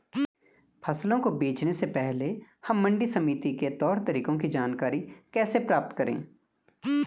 फसल को बेचने से पहले हम मंडी समिति के तौर तरीकों की जानकारी कैसे प्राप्त करें?